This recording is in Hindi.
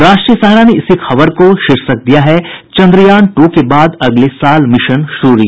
राष्ट्रीय सहारा ने इसी खबर को शीर्षक दिया है चन्द्रयान टू के बाद अगले साल मिशन सूर्य